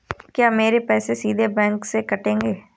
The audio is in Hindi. क्या मेरे पैसे सीधे बैंक से कटेंगे?